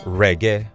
reggae